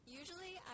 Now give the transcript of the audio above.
usually